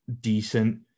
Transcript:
decent